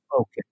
Okay